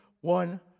one